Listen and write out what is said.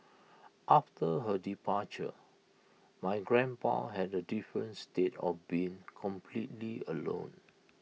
after her departure my grandpa had A different state of being completely alone